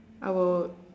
I will